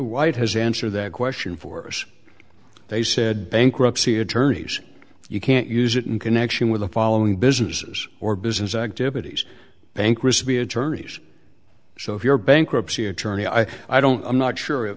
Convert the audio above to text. why it has answer that question for us they said bankruptcy attorneys you can't use it in connection with the following businesses or business activities bankruptcy attorneys so if your bankruptcy attorney i i don't i'm not sure if